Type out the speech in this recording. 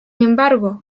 embargo